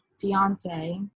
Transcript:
fiance